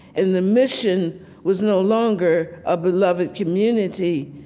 and the mission was no longer a beloved community,